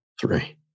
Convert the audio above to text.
Three